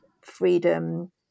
freedom